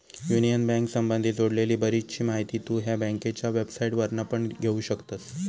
union बँकेसंबधी जोडलेली बरीचशी माहिती तु ह्या बँकेच्या वेबसाईटवरना पण घेउ शकतस